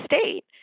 state